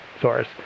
source